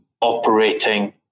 operating